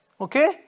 okay